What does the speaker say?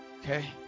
Okay